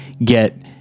get